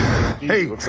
Hey